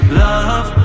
love